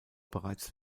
bereits